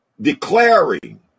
declaring